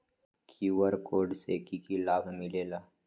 QR code से कि कि लाव मिलेला?